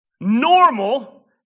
Normal